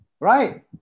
right